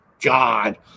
God